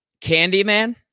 Candyman